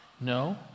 No